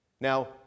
Now